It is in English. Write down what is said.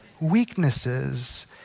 weaknesses